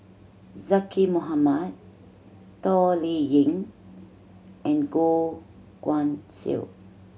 Zaqy Mohamad Toh Liying and Goh Guan Siew